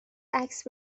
عکس